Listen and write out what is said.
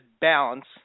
balance